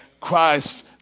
Christ